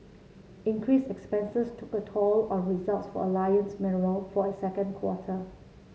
increased expenses took a toll on results for Alliance Mineral for it second quarter